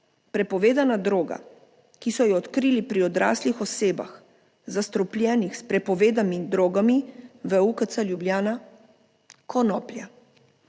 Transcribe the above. prepovedana droga, ki so jo odkrili pri odraslih osebah, zastrupljenih s prepovedanimi drogami v UKC Ljubljana, konoplja.